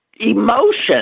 emotion